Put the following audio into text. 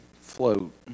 float